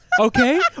okay